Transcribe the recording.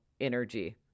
energy